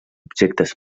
objectes